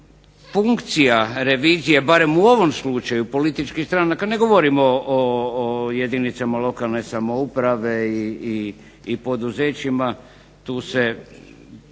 funkcija revizije barem u ovom slučaju političkih stranaka ne govorimo o jedinicama lokalne samouprave i poduzećima. Tu je